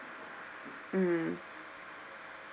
mm